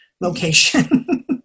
location